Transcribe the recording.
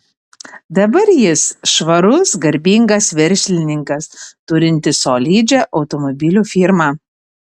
dabar jis švarus garbingas verslininkas turintis solidžią automobilių firmą